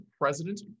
president